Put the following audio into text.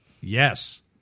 Yes